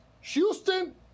Houston